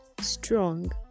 strong